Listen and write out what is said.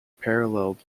paralleled